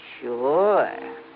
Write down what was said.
Sure